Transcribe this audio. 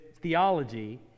theology